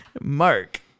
Mark